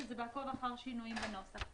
שזה בעקוב אחר שינויים בנוסח.